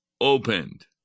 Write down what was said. opened